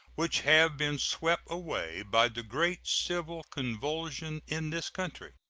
which have been swept away by the great civil convulsion in this country.